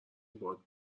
باهات